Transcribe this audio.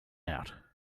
out